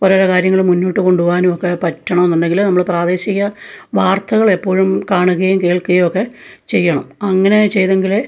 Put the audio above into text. ഓരോരോ കാര്യങ്ങൾ മുന്നോട്ട് കൊണ്ട് പോകാനും ഒക്കെ പറ്റണമെന്നുണ്ടെങ്കിൽ നമ്മൾ പ്രാദേശിക വാർത്തകൾ എപ്പോഴും കാണുകയും കേൾക്കുകയും ഒക്കെ ചെയ്യണം അങ്ങനെ ചെയ്തെങ്കിലേ